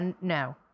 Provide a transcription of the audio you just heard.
no